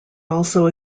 also